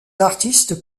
artistes